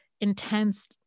intense